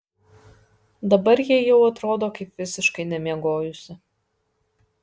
dabar ji jau atrodo kaip visiškai nemiegojusi